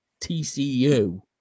TCU